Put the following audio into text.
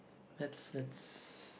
let's let's